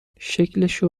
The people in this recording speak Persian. شکلشو